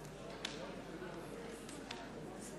נסים זאב, מצביע אורית